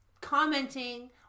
commenting